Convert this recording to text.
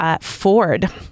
Ford